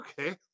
okay